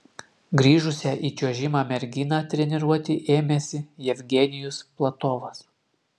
grįžusią į čiuožimą merginą treniruoti ėmėsi jevgenijus platovas